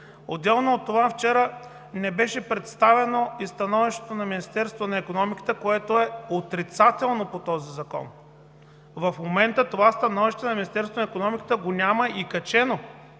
материали. Вчера също не беше представено и становището на Министерството на икономиката, което е отрицателно по този закон. В момента становището на Министерството на икономиката го няма качено